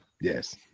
Yes